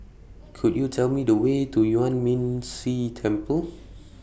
Could YOU Tell Me The Way to Yuan Ming Si Temple